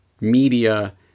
media